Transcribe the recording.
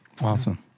Awesome